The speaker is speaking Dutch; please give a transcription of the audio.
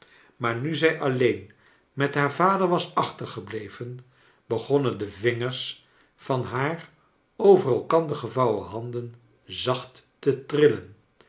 maar nu zij alleen met haar vader was achtergebleven begonnen de vingers van haar over elkander gevouwen handen zacht te trillen